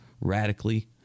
radically